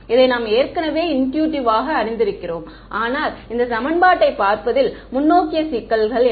இதை நாம் ஏற்கனவே இன்ட்யூட்டிவ்வாக அறிந்திருக்கிறோம் ஆனால் இந்த சமன்பாட்டைப் பார்ப்பதில் முன்னோக்கிய சிக்கல் என்ன